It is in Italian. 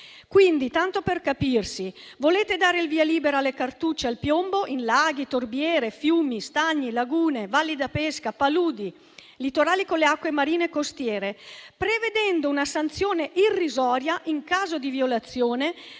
umide. Tanto per capirci, volete dare il via libera alle cartucce al piombo in laghi, torbiere, fiumi, stagni, lagune, valli da pesca, paludi, litorali con le acque marine e costiere, prevedendo una sanzione irrisoria in caso di violazione